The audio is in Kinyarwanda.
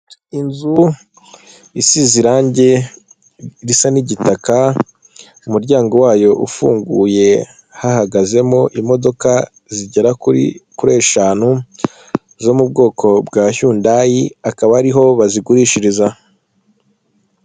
Inzu isize irange risa n'igitaka umuryango wayo ufunguye hahagazemo imodoka zigera kuri kuri eshanu zo mu bwoko bwa yundayi akaba ariho bazigurishiriza.